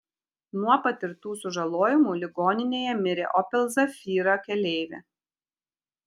nuo patirtų sužalojimų ligoninėje mirė opel zafira keleivė